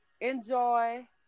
enjoy